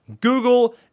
Google